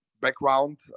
background